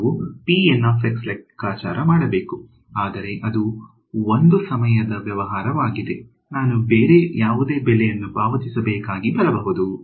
ನಾವು ಲೆಕ್ಕಾಚಾರ ಮಾಡಬೇಕು ಆದರೆ ಅದು 1 ಸಮಯದ ವ್ಯವಹಾರವಾಗಿದೆ ನಾನು ಬೇರೆ ಯಾವುದೇ ಬೆಲೆ ಅನ್ನು ಪಾವತಿಸಬೇಕಾಗಿ ಬರಬಹುದು